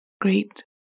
great